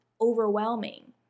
overwhelming